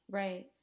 right